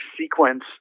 sequence